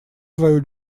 свою